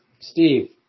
Steve